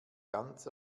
ganz